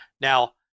Now